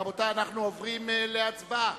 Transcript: רבותי, אנחנו עוברים להצבעה.